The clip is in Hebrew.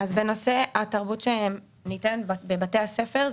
בנושא התרבות שניתן בבתי הספר,